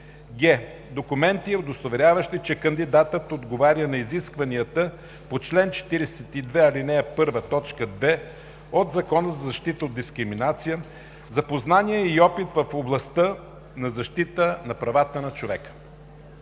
г) документи, удостоверяващи, че кандидатът отговаря на изискването по чл. 42, ал. 1, т. 2 от Закона за защита от дискриминация за познания и опит в областта на защитата на правата на човека;